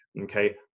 Okay